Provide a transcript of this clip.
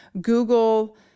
Google